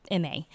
ma